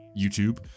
YouTube